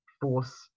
force